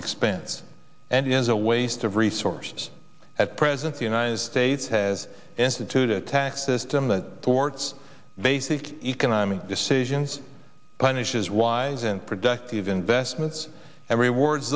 expense and is a waste of resources at present the united states has instituted a tax system that ports basic economic decisions punishes wise and productive investments and rewards